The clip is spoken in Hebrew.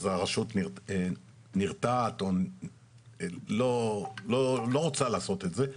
אז הרשות נרתעת או לא רוצה לעשות את זה,